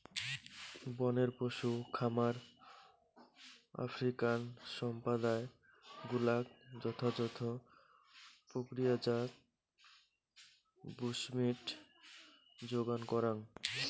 বনের পশু খামার আফ্রিকান সম্প্রদায় গুলাক যথাযথ প্রক্রিয়াজাত বুশমীট যোগান করাং